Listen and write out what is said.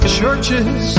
churches